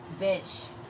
bitch